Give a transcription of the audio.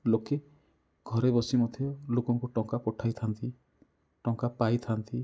ଲୋକେ ଘରେ ବସି ମଧ୍ୟ ଲୋକଙ୍କୁ ଟଙ୍କା ପଠେଇଥାନ୍ତି ଟଙ୍କା ପାଇଥାନ୍ତି